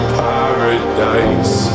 paradise